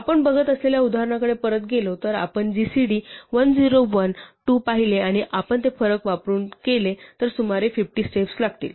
आपण बघत असलेल्या उदाहरणाकडे परत गेलो तर आपण gcd 101 2 पाहिले आणि आपण ते फरक वापरून केले तर सुमारे 50 स्टेप्स लागली